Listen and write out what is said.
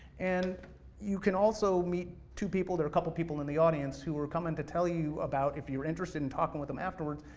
and you can also meet two people, there are a couple of people in the audience who were coming to tell you about, if you're interested in talking with them afterwards,